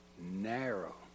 Narrow